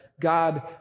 God